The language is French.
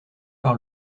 par